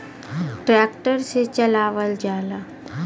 tractor से चलावल जाला